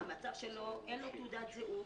אין לו תעודת זהות,